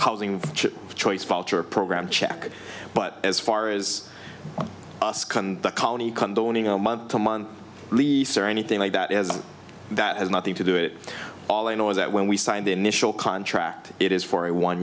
housing choice vulture program check but as far as the colony condoning a month to month lease or anything like that is that has nothing to do it all i know is that when we signed the initial contract it is for a one